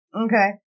Okay